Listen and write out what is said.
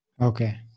Okay